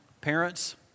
parents